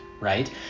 right